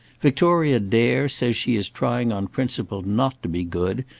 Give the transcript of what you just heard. victoria dare says she is trying on principle not to be good,